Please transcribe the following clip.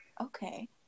Okay